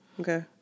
Okay